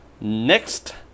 next